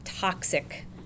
toxic